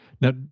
Now